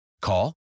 Call